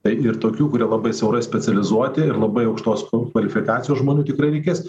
tai ir tokių kurie labai siaurai specializuoti ir labai aukštos kvalifikacijos žmonių tikrai reikės